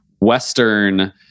Western